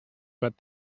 but